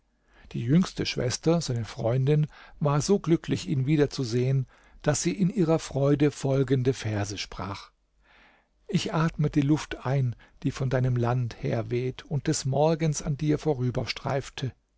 die jüngste schwester seine freundin war so glücklich ihn wieder zu sehen daß sie in ihrer freude folgende verse sprach ich atme die luft ein die von deinem land herweht und des morgens an dir